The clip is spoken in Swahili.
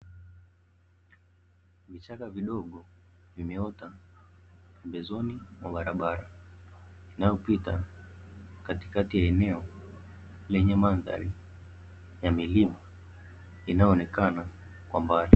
Vichaka vidogo vimeota pembezoni mwa barabara inayopita katikati ya eneo lenye mandhari ya milima inayoonekana kwa mbali.